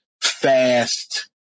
fast